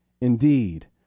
Indeed